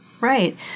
Right